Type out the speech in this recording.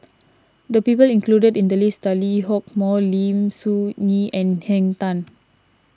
the people included in the list are Lee Hock Moh Lim Soo Ngee and Henn Tan